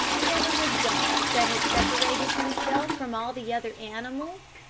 and there was a dog that had separated himself from all the other animals,